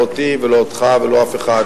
לא אותי ולא אותך ולא אף אחד,